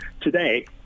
today